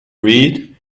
read